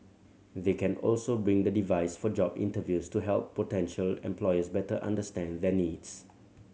they can also bring the device for job interviews to help potential employers better understand their needs